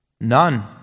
None